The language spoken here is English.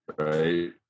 right